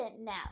now